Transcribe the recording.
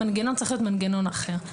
המנגנון צריך להיות מנגנון אחר.